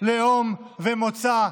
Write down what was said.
לאום ומוצא".